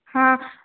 હા